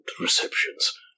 receptions